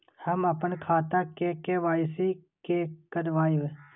हम अपन खाता के के.वाई.सी के करायब?